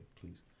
Please